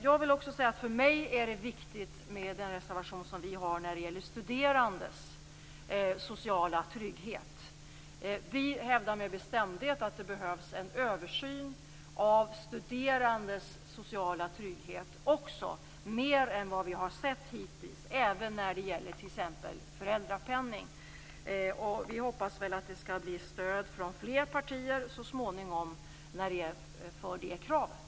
Jag vill också säga att vår reservation när det gäller studerandes sociala trygghet är viktig. Vi hävdar med bestämdhet att det också behövs en översyn av studerandes sociala trygghet - mer än vad vi har sett hittills - även när det t.ex. gäller föräldrapenning. Vi hoppas att det så småningom skall komma stöd från fler partier för det kravet.